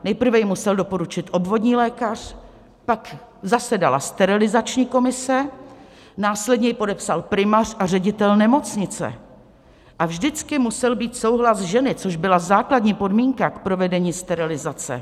Nejprve ji musel doporučit obvodní lékař, pak zasedala sterilizační komise, následně ji podepsal primář a ředitel nemocnice a vždycky musel být souhlas ženy, což byla základní podmínka k provedení sterilizace.